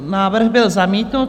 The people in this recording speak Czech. Návrh byl zamítnut.